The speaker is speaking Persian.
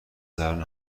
درون